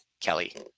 Kelly